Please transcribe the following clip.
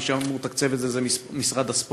מי שהיה אמור לתקצב את זה זה משרד הספורט.